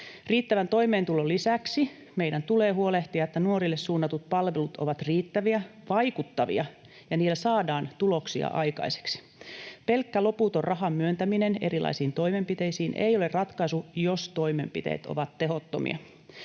Riittävän toimeentulon lisäksi meidän tulee huolehtia, että nuorille suunnatut palvelut ovat riittäviä, vaikuttavia ja niillä saadaan tuloksia aikaiseksi. Pelkkä loputon rahan myöntäminen erilaisiin toimenpiteisiin ei ole ratkaisu, jos toimenpiteet ovat tehottomia.